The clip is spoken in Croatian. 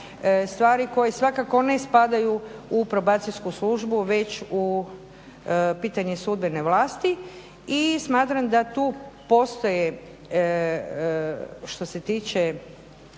stvari koje svakako ne spadaju u probacijsku službu već u pitanje sudbene vlasti. I smatram da tu postoje što se tiče